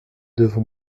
devant